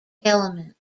element